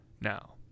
Now